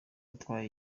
utwaye